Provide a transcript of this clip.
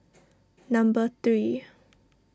number three